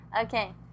okay